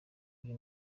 buri